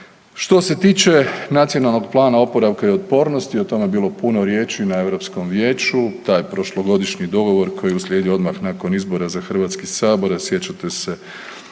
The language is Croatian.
Što se tiče Nacionalnog plana oporavka i otpornosti, o tome je bilo puno riječi na Europskom vijeću, taj prošlogodišnji dogovor koji je uslijedio odmah nakon izbora za HS, a sjećate se